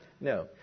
No